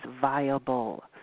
viable